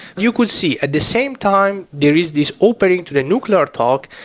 you could see at the same time there is this opening to the nuclear talk.